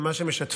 על מה שמשתפים.